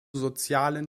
sozialen